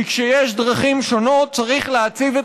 כי כשיש דרכים שונות צריך להציב את